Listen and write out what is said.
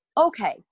okay